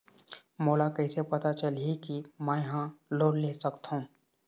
मोला कइसे पता चलही कि मैं ह लोन ले सकथों?